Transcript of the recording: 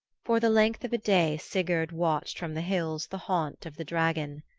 for the length of a day sigurd watched from the hills the haunt of the dragon.